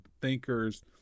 thinkers